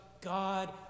God